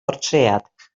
bortread